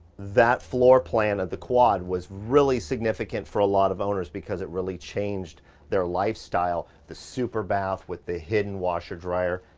that floor plan of the quad was really significant for a lot of owners because it really changed their lifestyle, the super bath with the hidden washer dryer.